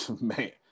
Man